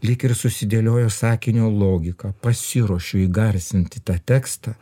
lyg ir susidėliojo sakinio logika pasiruošiu įgarsint tą tekstą